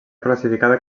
classificada